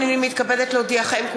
הנני מתכבדת להודיעכם,